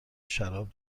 شراب